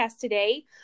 today